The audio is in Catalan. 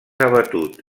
abatut